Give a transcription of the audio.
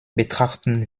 betrachten